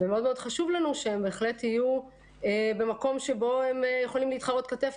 מאוד חשוב לנו שהם בהחלט יהיו במקום שבו הם יכולים להתחרות כתף